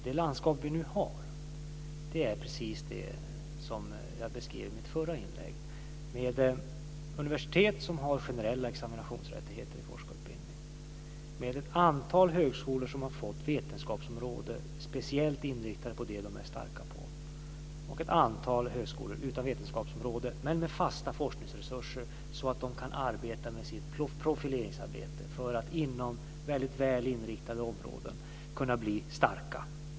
Det landskap vi nu har är precis det som jag beskrev i mitt förra inlägg, med universitet som har generella examinationsrättigheter i forskarutbildning, med ett antal högskolor som har fått vetenskapsområden speciellt inriktade på det som de är starka på och med ett antal högskolor utan vetenskapsområde men med fasta forskningsresurser så att de kan utföra sitt profileringsarbete för att inom väldigt väl inriktade områden kunna bli starka.